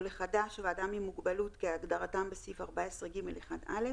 עולה חדש ואדם עם מוגבלות כהגדרתם בסעיף 14ג1(א),